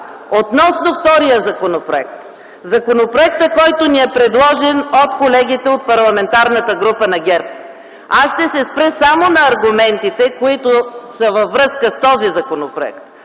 Относно втория законопроект – законопроектът, който ни е предложен от колегите от Парламентарната група на ГЕРБ. Аз ще се спра само на аргументите, които са във връзка с този законопроект.